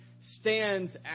stands